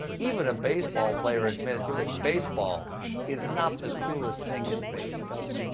even a baseball player admits that baseball is not the coolest thing in baseball.